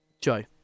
Joe